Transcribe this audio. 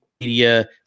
media